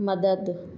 मदद